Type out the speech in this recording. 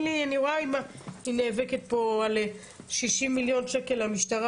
אני נאבקת פה על 60 מיליון שקל למשטרה,